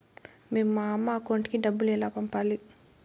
మేము మా అమ్మ అకౌంట్ కి డబ్బులు ఎలా పంపాలి